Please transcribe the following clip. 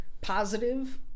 positive